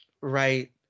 right